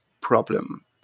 problem